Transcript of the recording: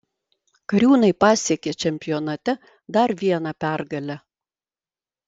kariūnai pasiekė čempionate dar vieną pergalę